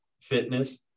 fitness